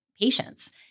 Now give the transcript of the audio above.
patients